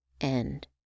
End